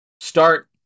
start